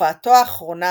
הופעתו האחרונה,